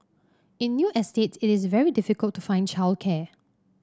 in new estates it is very difficult to find childcare